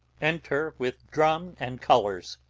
enter, with drum and colours,